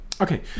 Okay